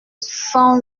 cent